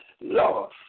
Lord